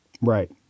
Right